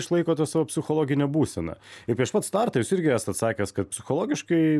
išlaikot tą savo psichologinę būseną ir prieš pat startą jūs irgi esat sakęs kad psichologiškai